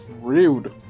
rude